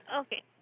okay